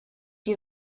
you